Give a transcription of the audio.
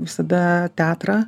visada teatrą